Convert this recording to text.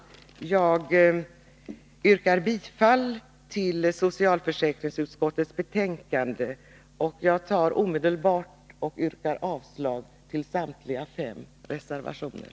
Jag yrkar bifall till socialförsäkringsutskottets betänkande 17, och jag yrkar omedelbart avslag på samtliga fem reservationer.